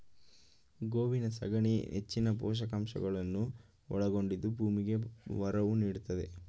ಗೋವಿನ ಸಗಣಿ ನೆಚ್ಚಿನ ಪೋಷಕಾಂಶಗಳನ್ನು ಒಳಗೊಂಡಿದ್ದು ಭೂಮಿಗೆ ಒರವು ನೀಡ್ತಿದೆ